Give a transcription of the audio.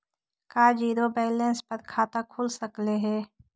का zero balance पर खाता खुल सकले हे?